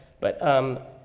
but, um,